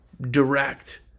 direct